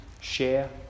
share